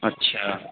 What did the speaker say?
اچھا